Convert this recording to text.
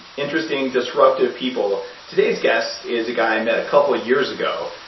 interesting, disruptive people, today's guest is a guy i met a couple of years ago,